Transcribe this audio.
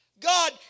God